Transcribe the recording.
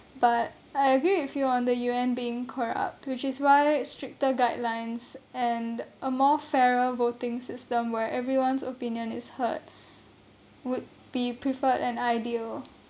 but I agree with you on the U_N being corrupt which is why stricter guidelines and a more fairer voting system where everyone's opinion is heard would be preferred and ideal